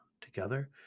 Together